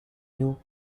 new